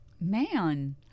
Man